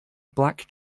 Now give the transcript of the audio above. black